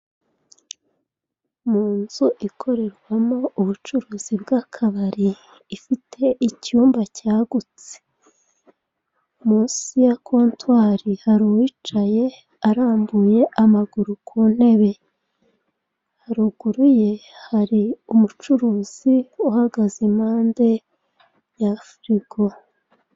Mu nzu ikorerwamo ubucuruzi bw'akabiri, ifite icyumba cyagutse. Munsi ya kontwari, hari uwicaye arambuye amaguru ku ntebe. Haruguru ye, hari umucuruzi uhagaze impande ya firigo.